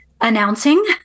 announcing